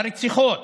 ברציחות,